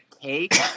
cake